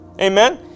Amen